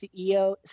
CEO